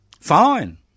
Fine